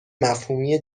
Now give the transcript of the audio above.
مفهومی